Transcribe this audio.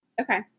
Okay